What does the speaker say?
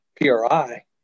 PRI